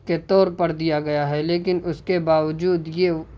کے طور پر دیا گیا ہے لیکن اس کے باوجود یہ